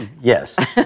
Yes